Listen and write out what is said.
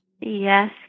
Yes